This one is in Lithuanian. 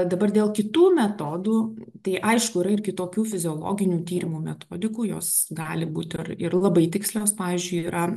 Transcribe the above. dabar dėl kitų metodų tai aišku yra ir kitokių fiziologinių tyrimų metodikų jos gali būti ir labai tikslios pavyzdžiui yra